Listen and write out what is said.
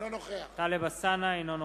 האיחוד הלאומי לסעיף 60 לא נתקבלה.